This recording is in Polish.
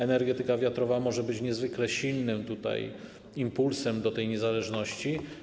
Energetyka wiatrowa może być niezwykle silnym impulsem do tej niezależności.